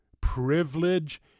privilege